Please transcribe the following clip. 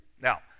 Now